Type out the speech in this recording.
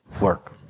work